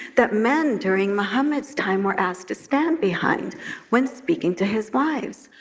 that men during muhammad's time were asked to stand behind when speaking to his wives.